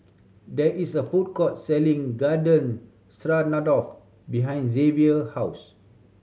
there is a food court selling Garden Stroganoff behind Zavier house